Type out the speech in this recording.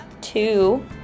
two